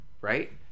right